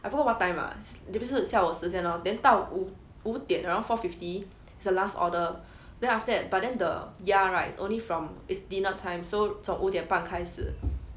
I forgot what time lah 就是下午的时间 lor then 到五五点 around four fifty is the last order then after that but then the 鸭 right it's only from it's dinner time so 从五点半开始